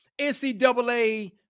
NCAA